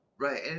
Right